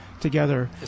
together